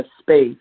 space